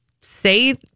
say